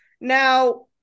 Now